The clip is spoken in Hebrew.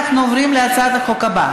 אנחנו עוברים להצעת החוק הבאה,